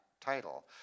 title